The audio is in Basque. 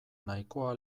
nahikoa